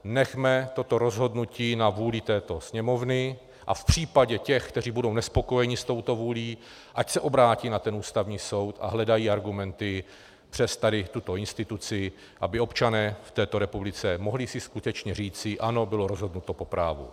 Nechme toto rozhodnutí na vůli této Sněmovny a v případě těch, kteří budou nespokojeni s touto vůlí, ať se obrátí na Ústavní soud a hledají argumenty přes tuto instituci, aby občané v této republice si mohli skutečně říci ano, bylo rozhodnuto po právu.